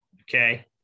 Okay